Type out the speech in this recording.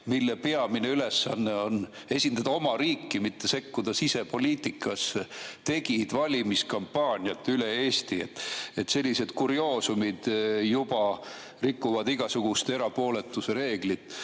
kelle peamine ülesanne on esindada oma riiki, mitte sekkuda sisepoliitikasse, tegid valimiskampaaniat üle Eesti. Juba sellised kurioosumid rikuvad igasugust erapooletuse reeglit.